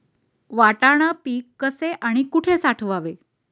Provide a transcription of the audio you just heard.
वाटाणा पीक कसे आणि कुठे साठवावे?